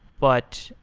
but,